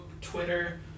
Twitter